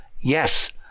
Yes